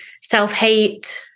self-hate